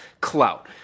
clout